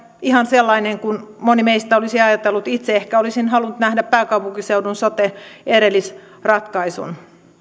ihan sellainen kuin moni meistä olisi ajatellut itse ehkä olisin halunnut nähdä pääkaupunkiseudun sote erillisratkaisun